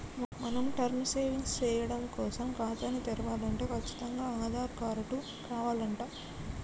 మనం term savings సేయడం కోసం ఖాతాని తెరవలంటే కచ్చితంగా ఆధార్ కారటు కావాలంట